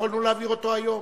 יכולנו להעביר אותו היום,